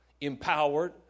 empowered